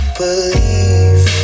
believe